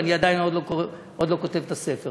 אני עדיין לא כותב את הספר,